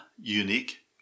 unique